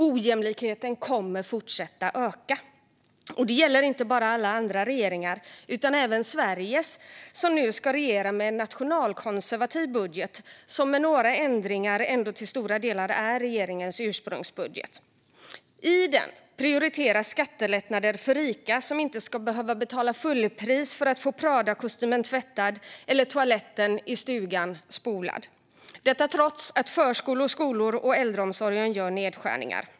Ojämlikheten kommer att fortsätta att öka. Det gäller inte bara alla andra regeringar utan även Sveriges, som nu ska regera med en nationalkonservativ budget som med några ändringar ändå till stora delar är regeringens ursprungsbudget. I denna budget prioriteras skattelättnader för rika som inte ska behöva betala fullpris för att få Pradakostymen tvättad eller toaletten i stugan spolad, detta trots att förskolor, skolor och äldreomsorgen gör nedskärningar.